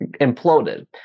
imploded